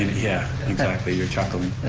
yeah, exactly, you're chuckling.